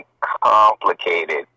Complicated